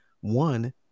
One